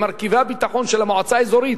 ומרכיבי הביטחון של המועצה האזורית,